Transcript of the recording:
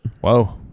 whoa